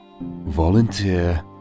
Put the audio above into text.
volunteer